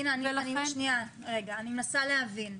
אני מנסה להבין,